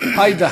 עאידה